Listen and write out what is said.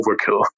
overkill